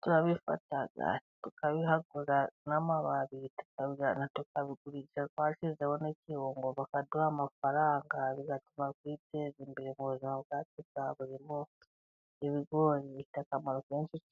turabifata tukabihagura n'amababi tukabijyana tukabigurisha, twasizeho n'ikirungo bakaduha amafaranga. Bigatuma twiteza imbere mu buzima bwacu bwa buri munsi. Ibigori bifite akamaro kenshi cyane.